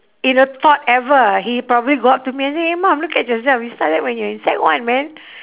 in a thought ever he probably go up to me and say eh mum look at yourself you started when you are in sec one man